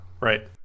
Right